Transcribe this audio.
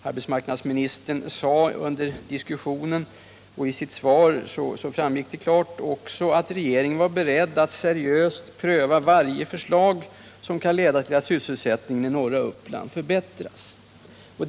Arbetsmarknadsministern sade under diskussionen — och detsamma hade även framgått av hans svar — att regeringen var beredd att seriöst pröva varje förslag som kunde leda till att sysselsättningsläget i norra Uppland förbättrades.